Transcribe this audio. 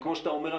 וכמו שאתה אומר,